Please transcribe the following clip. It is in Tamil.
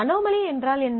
அனோமலி என்றால் என்ன